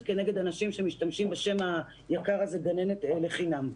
נגד אנשים שמשתמשים בשם היקר הזה גננת לחינם.